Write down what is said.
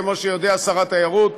כמו שיודע שר התיירות,